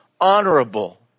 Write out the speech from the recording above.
honorable